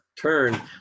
turn